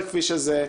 כפי שזה.